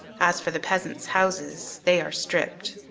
as for the peasants houses, they are stripped.